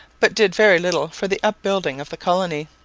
but did very little for the upbuilding of the colony.